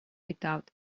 without